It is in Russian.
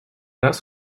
раз